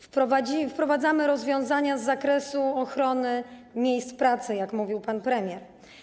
Wprowadzamy rozwiązania z zakresu ochrony miejsc pracy, jak mówił pan premier.